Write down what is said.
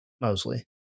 mostly